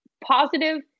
positive